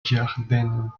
ĝardenon